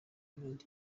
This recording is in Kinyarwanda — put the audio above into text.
abandi